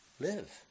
live